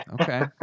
Okay